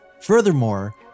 Furthermore